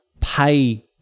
pay